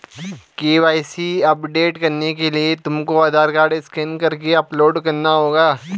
KYC update करने के लिए तुमको आधार कार्ड स्कैन करके अपलोड करना होगा